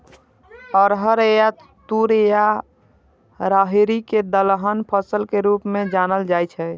अरहर या तूर या राहरि कें दलहन फसल के रूप मे जानल जाइ छै